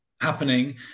happening